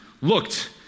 looked